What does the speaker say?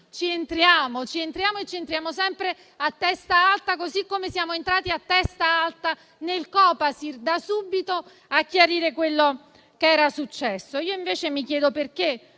ci entriamo e lo facciamo sempre a testa alta, così come siamo entrati a testa alta nel Copasir da subito a chiarire quello che era successo. Io invece mi chiedo perché